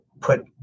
put